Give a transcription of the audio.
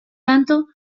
tanto